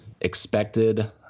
expected